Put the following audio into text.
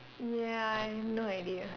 ya I have no idea